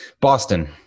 Boston